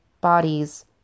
bodies